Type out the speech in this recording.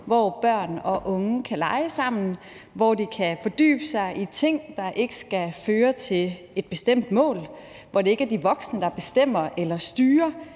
hvor børn og unge kan lege sammen, hvor de kan fordybe sig i ting, der ikke skal føre til et bestemt mål, hvor det ikke er de voksne, der bestemmer eller styrer,